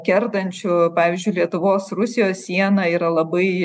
kertančių pavyzdžiui lietuvos rusijos sieną yra labai